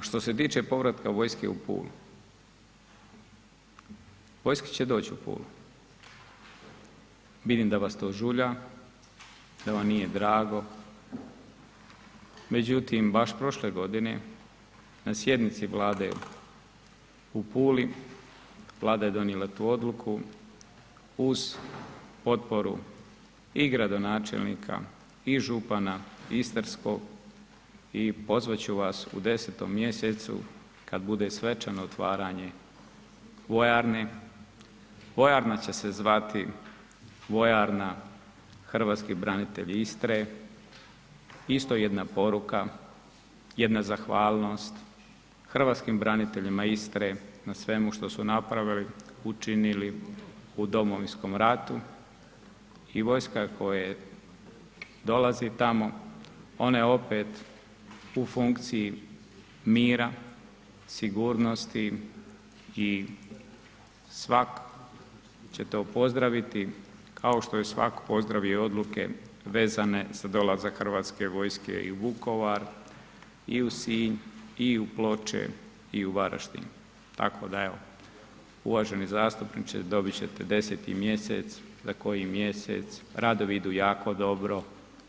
Što se tiče povratka vojske u Pulu, vojska će doći u Pulu, vidim da vas to žulja, da vam nije drago, međutim, baš prošle godine na sjednici Vlade u Puli, Vlada je donijela tu odluku uz potporu i gradonačelnika i župana istarskog i pozvat ću vas u 10. mjesecu kad bude svečano otvaranje vojarne, vojarna će se zvati Vojarna hrvatski branitelji Istre, isto jedna poruka, jedna zahvalnost hrvatskim braniteljima Istre na svemu što su napravili, učinili u Domovinskom ratu i vojska koja dolazi tamo, ona je opet u funkciji mira, sigurnosti i svak će to pozdraviti kao što je svako pozdravio odluke vezane za dolazak Hrvatske vojske i u Vukovar i u Sinj i u Ploče i u Varaždin tako da evo, uvaženi zastupniče, dobit će te 10. mj., za koji mjesec radovi idu jako dobro,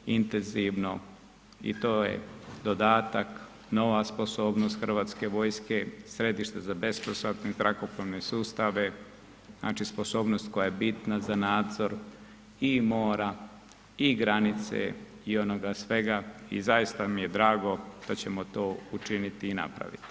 intenzivno i to je dodatak, nova sposobnost Hrvatske vojske, središte za ... zrakoplovne sustave, znači sposobnost koja je bitna za nadzor i mora i granice i onoga svega i zaista mi je drago što ćemo to učiniti i napraviti.